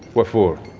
what for?